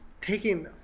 taking